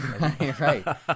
right